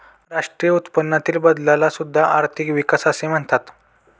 राष्ट्रीय उत्पन्नातील बदलाला सुद्धा आर्थिक विकास असे म्हणतात